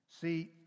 See